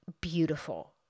beautiful